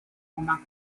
roma